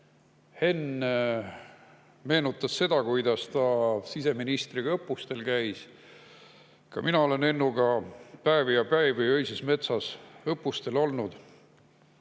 Henn meenutas seda, kuidas ta siseministriga õppustel käis. Ka mina olen Hennuga [tundide viisi] öises metsas õppustel olnud.